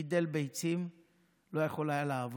הוא גידל ביצים ולא יכול היה לעבוד.